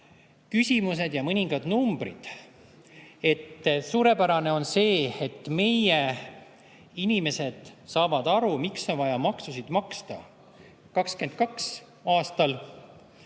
küsimused ja mõningad numbrid. Suurepärane on see, et meie inimesed saavad aru, miks on vaja maksusid maksta. 2022. aastal